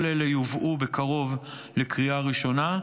כל יובאו בקרוב לקריאה ראשונה,